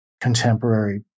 contemporary